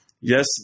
yes